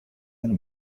and